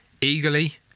eagerly